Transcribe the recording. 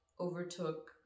overtook